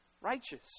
righteous